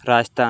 Rajasthan